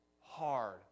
hard